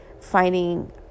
finding